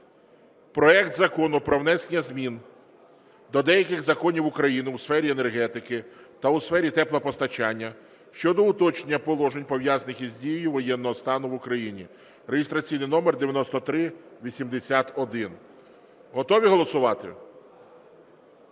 проект Закону про внесення змін до деяких законів України у сфері енергетики та у сфері теплопостачання щодо уточнення положень, пов’язаних із дією воєнного стану в Україні (реєстраційний номер 9381). Готові голосувати?